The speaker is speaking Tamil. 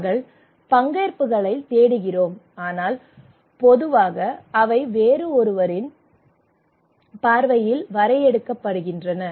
நாங்கள் பங்கேற்புகளைத் தேடுகிறோம் ஆனால் பொதுவாக அவை வேறொருவரின் பார்வையில் வரையறுக்கப்படுகின்றன